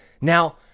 Now